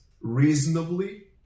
reasonably